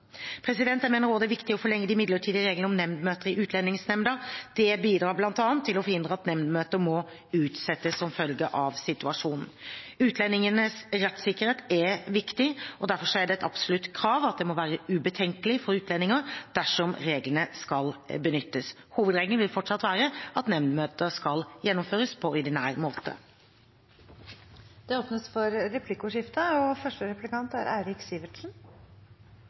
Jeg mener det også er viktig å forlenge de midlertidige reglene om nemndmøter i Utlendingsnemnda. Det bidrar bl.a. til å forhindre at nemndmøter må utsettes som følge av situasjonen. Utlendingenes rettssikkerhet er viktig. Derfor er det et absolutt krav at det må være ubetenkelig for utlendinger dersom reglene skal benyttes. Hovedregelen vil fortsatt være at nemndmøter skal gjennomføres på ordinær måte. Det åpnes for replikkordskifte. Bare et kort spørsmål til statsråden: I dag er